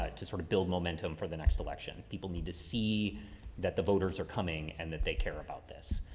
ah to sort of build momentum for the next election. people need to see that the voters are coming and that they care about this.